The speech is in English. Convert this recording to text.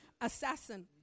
assassin